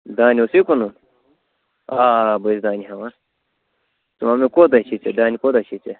دانہِ اوسیہِ کٕنُن آ بٕے دانہِ ہٮ۪وان ژٕ وَن مےٚ کوٗتاہ چھُے ژےٚ دانہِ کوٗتاہ چھُے ژےٚ